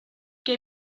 que